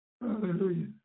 Hallelujah